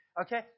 Okay